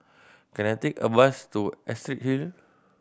can I take a bus to Astrid Hill